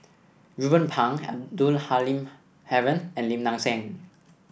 Ruben Pang Abdul Halim Haron and Lim Nang Seng